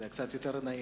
היה יותר נעים,